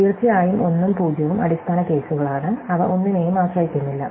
തീർച്ചയായും 1 ഉം 0 ഉം അടിസ്ഥാന കേസുകളാണ് അവ ഒന്നിനെയും ആശ്രയിക്കുന്നില്ല